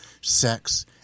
sex